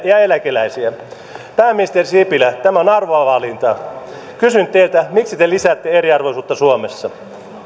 ja eläkeläisiä pääministeri sipilä tämä on arvovalinta kysyn teiltä miksi te lisäätte eriarvoisuutta suomessa